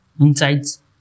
insights